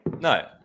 no